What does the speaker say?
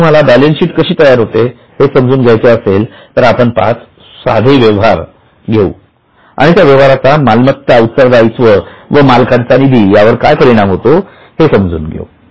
आता तुम्हाला balance sheet कशी तयार होते हे समजून घ्यायचे असेल तर आपण पाच साधे व्यवहार घेऊ आणि त्या व्यवहाराचा मालमत्ता उत्तर दायित्व व मालकांचा निधी यावर काय परिणाम होतो हे समजून घेऊ